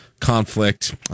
conflict